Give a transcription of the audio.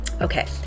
Okay